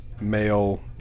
male